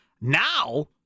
Now